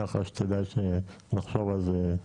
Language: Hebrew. כדאי שנחשוב על זה,